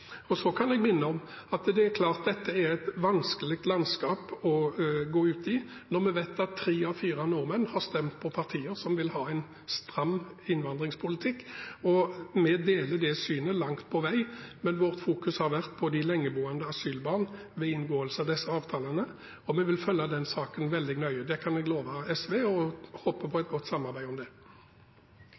Så kan jeg minne om at det er klart dette er et vanskelig landskap å gå ut i når vi vet at tre av fire nordmenn har stemt på partier som vil ha en stram innvandringspolitikk. Vi deler det synet langt på vei, men vårt fokus har vært på de lengeboende asylbarna ved inngåelsen av disse avtalene, og vi vil følge den saken veldig nøye. Det kan jeg love SV og håper på et godt samarbeid om det.